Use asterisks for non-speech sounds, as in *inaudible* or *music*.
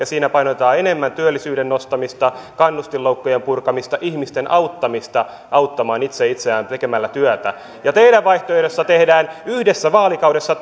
*unintelligible* siinä painotetaan enemmän työllisyyden nostamista kannustinloukkujen purkamista ihmisten auttamista auttamaan itse itseään tekemällä työtä teidän vaihtoehdossanne tehdään yhdessä vaalikaudessa *unintelligible*